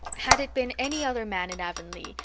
had it been any other man in avonlea,